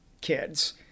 kids